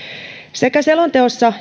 sekä selonteossa